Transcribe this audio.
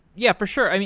yeah, for sure.